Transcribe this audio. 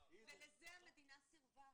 ענבל, ולזה המדינה סירבה.